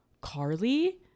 Carly